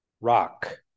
rock